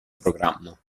programma